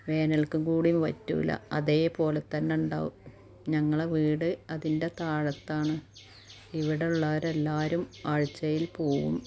വേനൽക്ക് കൂടെ വറ്റില്ല അതേപോല തന്നെ ഉണ്ടാവും ഞങ്ങളെ വീട് അതിൻ്റെ താഴത്താണ് ഇവിടുള്ളവർ എല്ലാവരും ആഴ്ചയിൽ പോവും